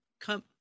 come